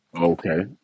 okay